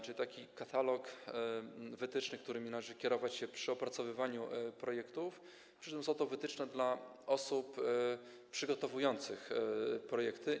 Chodzi o taki katalog wytycznych, którymi należy kierować się przy opracowywaniu projektów, przy czym są to wytyczne dla osób przygotowujących projekty.